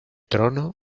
trono